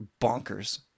Bonkers